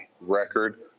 record